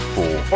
Four